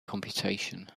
computation